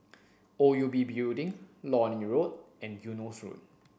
O U B Building Lornie Road and Eunos Road